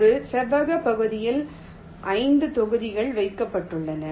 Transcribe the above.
ஒரு செவ்வக பகுதியில் 5 தொகுதிகள் வைக்கப்பட்டுள்ளன